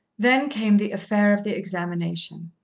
then came the affair of the examination.